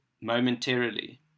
momentarily